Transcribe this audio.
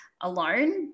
alone